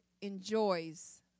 enjoys